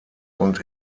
und